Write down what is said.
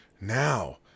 Now